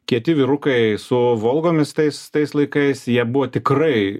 kieti vyrukai su volgomis tais tais laikais jie buvo tikrai